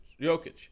Jokic